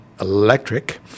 Electric